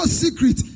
secret